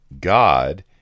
God